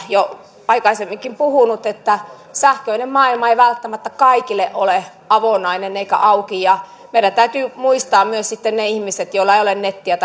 jo aikaisemminkin puhunut sähköinen maailma ei välttämättä kaikille ole avonainen eikä auki ja meidän täytyy muistaa myös sitten ne ihmiset joilla ei ole nettiä